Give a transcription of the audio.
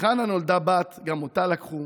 לחנה נולדה בת, גם אותה לקחו.